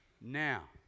Now